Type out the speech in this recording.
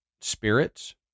spirits